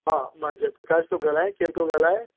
हा मां जय प्रकाश थो ॻाल्हायां केरु थो ॻाल्हाए